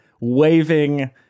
waving